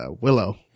Willow